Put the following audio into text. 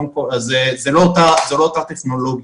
זו לא אותה טכנולוגיה.